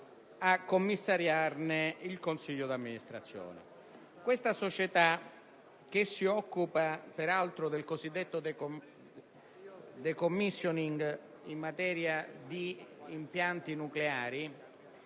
a commissariarne il consiglio d'amministrazione. Questa società, che si occupa peraltro del cosiddetto *decommissioning* in materia di impianti nucleari,